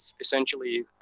essentially